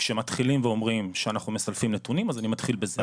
שמתחילים ואומרים שאנחנו מסלפים נתונים אז אני מתחיל בזה,